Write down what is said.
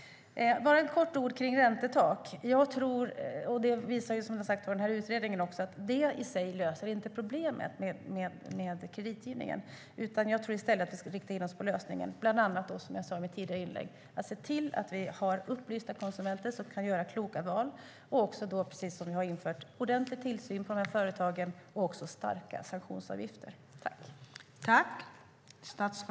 Jag vill säga något kort om räntetak. Jag tror, och det visar också utredningen, att det i sig inte löser problemet med kreditgivningen. Jag tror i stället att vi bland annat ska rikta in oss på lösningen att se till att vi har upplysta konsumenter som kan göra kloka val och, precis som vi har infört, ordentlig tillsyn av de här företagen och även starka sanktionsavgifter.